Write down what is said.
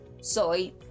Soy